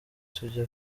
tujya